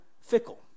fickle